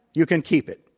you can keep it.